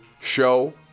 show